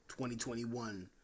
2021